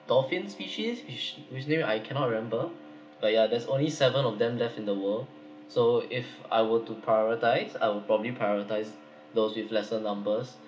dolphin species which which name I cannot remember but ya that's forty seven of them left in the world so if I were to prioritise I would probably prioritise those with lesser numbers